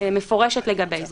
מפורשת לגבי זה?